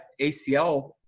ACL